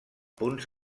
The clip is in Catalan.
punts